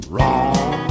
Wrong